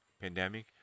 pandemic